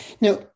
Now